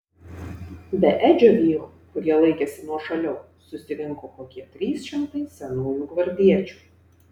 be edžio vyrų kurie laikėsi nuošaliau susirinko kokie trys šimtai senųjų gvardiečių